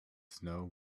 snow